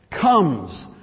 comes